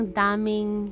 daming